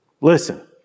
listen